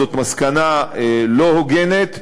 זאת מסקנה לא הוגנת,